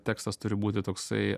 tekstas turi būti toksai